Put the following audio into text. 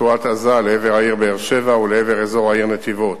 מרצועת-עזה לעבר העיר באר-שבע ולעבר אזור העיר נתיבות.